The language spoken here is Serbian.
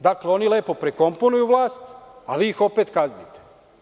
Dakle, oni lepo prekomponuju vlast, a vi ih opet kaznite.